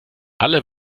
alle